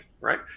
Right